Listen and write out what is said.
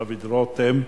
דוד רותם.